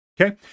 Okay